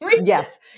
Yes